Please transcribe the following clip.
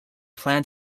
planned